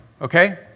Okay